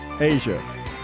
Asia